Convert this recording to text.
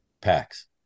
packs